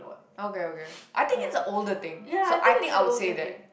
okay okay I think it's a older thing so I think I would say that